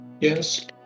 yes